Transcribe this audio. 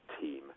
team